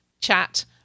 chat